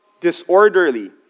disorderly